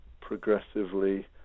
progressively